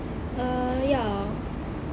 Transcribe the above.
uh ya